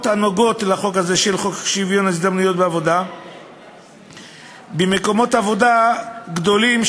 הקשורות בחוק שוויון ההזדמנויות בעבודה במקומות עבודה גדולים,